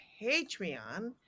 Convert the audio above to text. Patreon